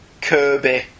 Kirby